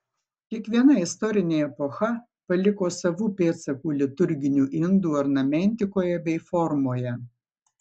kiekviena istorinė epocha paliko savų pėdsakų liturginių indų ornamentikoje bei formoje